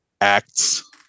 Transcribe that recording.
acts